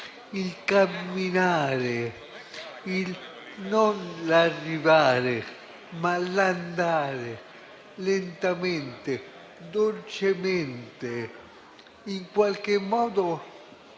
il camminare, non l'arrivare, ma l'andare lentamente, dolcemente, in qualche modo